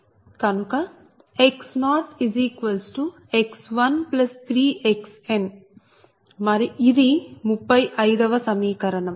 కనుక X0X13Xn ఇది 35 వ సమీకరణం